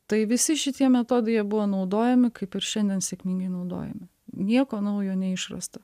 tai visi šitie metodai jie buvo naudojami kaip ir šiandien sėkmingai naudojami nieko naujo neišrasta